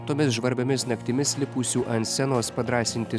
tomis žvarbiomis naktimis lipusių ant scenos padrąsinti